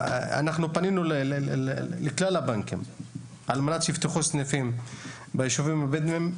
אנחנו פנינו לכלל הבנקים על מנת שיפתחו סניפים ביישובים הבדואים.